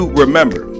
remember